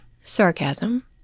sarcasm